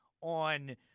on